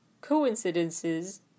coincidences